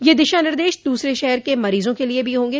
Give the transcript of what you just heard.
ये दिशा निर्देश दूसरे शहर के मरीजों के लिए भी होंगे